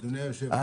אדוני היושב-ראש.